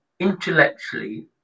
intellectually